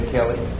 Kelly